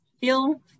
feel